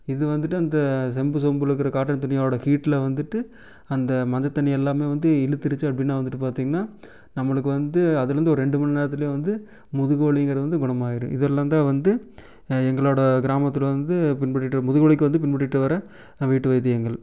இது வந்துட்டு அந்த செம்பு சொம்பில் இருக்கிற காட்டன் துணியோட ஹீட்டில் வந்துட்டு அந்த மஞ்சள் தண்ணீர் எல்லாம் வந்து இழுத்துடுச்சு அப்படின்னா வந்துட்டு பார்த்தீங்கன்னா நம்மளுக்கு வந்து அதுலேருந்து ஒரு ரெண்டு மணி நேரத்துலேயே வந்து முதுகு வலிங்கிறது வந்து குணமாயிடும் இதல்லாந்தான் வந்து எங்களோட கிராமத்தில் வந்து பின்பற்றிட்டு இருக்க முதுகுவலிக்கு வந்து பின்பற்றிட்டு வர வீட்டு வைத்தியங்கள்